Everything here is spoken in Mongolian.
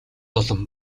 олон